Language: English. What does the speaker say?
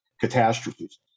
catastrophes